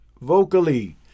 vocally